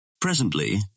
Presently